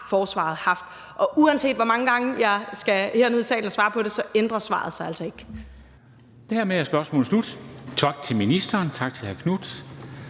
forsvaret haft. Og uanset hvor mange gange jeg skal herned i salen og svare på det, ændrer svaret sig altså ikke.